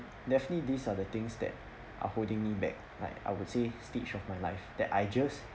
definitely these are the things that are holding me back like I would say stage of my life that I just